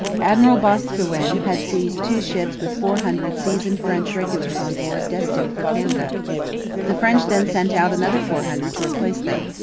admiral boscawen had seized two ships with four hundred seasoned french regulars on board destined for canada the french then sent out another four hundred to replace them.